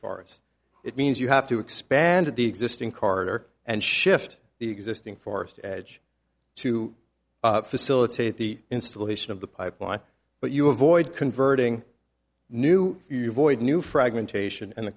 forest it means you have to expand the existing carter and shift the existing forest edge to facilitate the installation of the pipeline but you avoid converting new you avoid new fragmentation and the